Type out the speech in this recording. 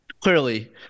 Clearly